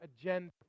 agenda